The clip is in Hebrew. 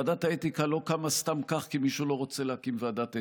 ועדת האתיקה לא לא קמה סתם כך כי מישהו לא רוצה להקים ועדת אתיקה.